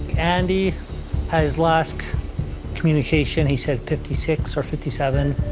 andy, had his last communication, he said fifty six or fifty seven.